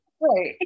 Right